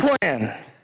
plan